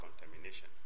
contamination